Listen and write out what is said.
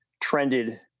trended